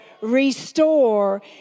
restore